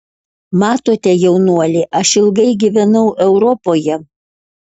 matote jaunuoli aš ilgai gyvenau europoje